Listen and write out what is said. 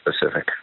specific